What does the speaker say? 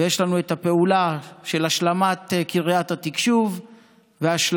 ויש לנו את הפעולה של השלמת קריית התקשוב והשלמת